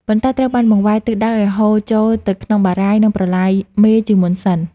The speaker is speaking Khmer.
ប៉ុន្តែត្រូវបានបង្វែរទិសដៅឱ្យហូរចូលទៅក្នុងបារាយណ៍ និងប្រឡាយមេជាមុនសិន។